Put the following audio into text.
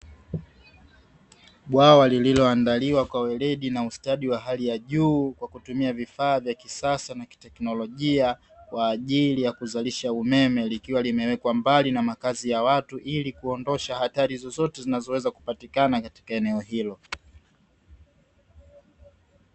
Bwawa lililoandaliwa kwa weledi na ustadi wa hali ya juu kwa kutumia vifaa vya kisasa na kiteknolojia kwa ajili ya kuzalisha umeme, likiwa limewekwa mbali na makazi ya watu ili kuondosha hatari zozote zinazoweza kupatikana katika eneo hilo.